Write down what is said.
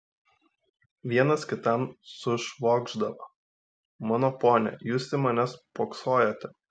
vienas kitam sušvokšdavo mano pone jūs į mane spoksojote